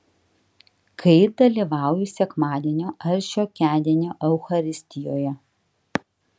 kaip dalyvauju sekmadienio ar šiokiadienio eucharistijoje